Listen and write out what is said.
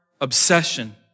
obsession